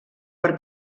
per